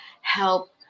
help